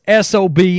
SOB